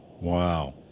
wow